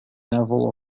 naval